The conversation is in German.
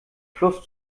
fluss